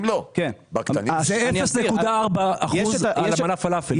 זה 0.4% על מנת פלאפל.